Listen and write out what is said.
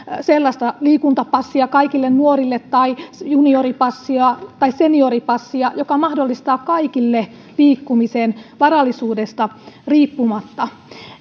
sellaista liikuntapassia tai junioripassia tai senioripassia joka mahdollistaa kaikille liikkumisen varallisuudesta riippumatta